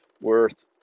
worth